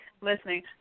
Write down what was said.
listening